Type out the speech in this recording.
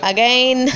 Again